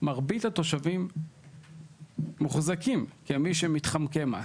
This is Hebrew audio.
מרבית התושבים מוחזקים כמי שמתחמקי מס.